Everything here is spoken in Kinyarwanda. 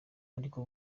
ariko